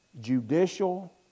judicial